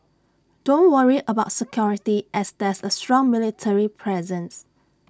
don't worry about security as there's A strong military presence